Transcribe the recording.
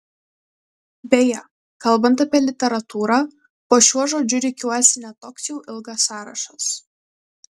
beje kalbant apie literatūrą po šiuo žodžiu rikiuojasi ne toks jau ilgas sąrašas